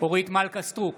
אורית מלכה סטרוק,